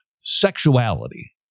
Sexuality